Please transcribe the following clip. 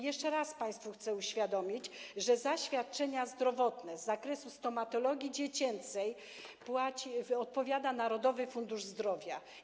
Jeszcze raz państwu chcę uświadomić, że za świadczenia zdrowotne z zakresu stomatologii dziecięcej odpowiada Narodowy Fundusz Zdrowia.